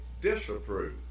disapprove